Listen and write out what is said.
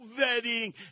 vetting